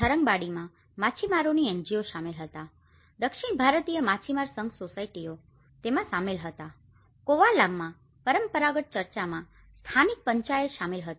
થરંગંબાડીમાં માછીમારોની NGO શામેલ હતા દક્ષિણ ભારતીય માછીમાર સંઘ સોસાયટીઓ તેમાં સામેલ હતા કોવાલામમાં પરંપરાગત ચર્ચમાં સ્થાનિક પંચાયત શામેલ હતી